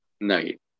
night